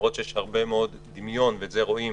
למרות שיש הרבה מאוד דמיון, ואת זה רואים